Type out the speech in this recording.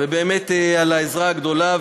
באמת על העזרה הגדולה,